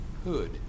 hood